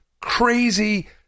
crazy